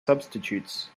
substitutes